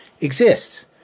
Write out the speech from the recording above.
exists